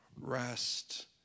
rest